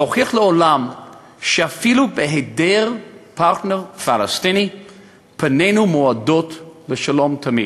להוכיח לעולם שאפילו בהיעדר פרטנר פלסטיני פנינו מועדות לשלום תמיד.